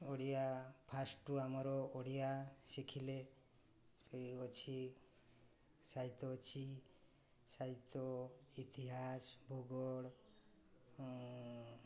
Odia first ଆମର ଓଡ଼ିଆ ଶିଖିଲେ ଅଛି ସାହିତ୍ୟ ଅଛି ସାହିତ୍ୟ ଇତିହାସ ଭୂଗୋଳ